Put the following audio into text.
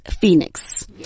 Phoenix